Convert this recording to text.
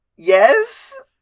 Yes